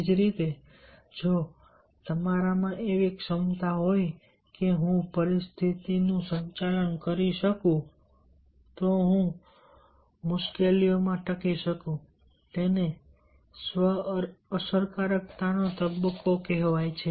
તેવી જ રીતે જો તમારામાં એવી ક્ષમતા હોય કે હું પરિસ્થિતિનું સંચાલન કરી શકું તો હું મુશ્કેલીઓમાં ટકી શકું તેને સ્વ અસરકારકતાનો તબક્કો કહેવાય